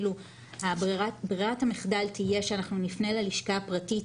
ברירת המחדל תהיה שאנחנו נפנה ללשכה הפרטית,